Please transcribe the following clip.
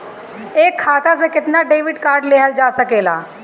एक खाता से केतना डेबिट कार्ड लेहल जा सकेला?